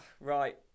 Right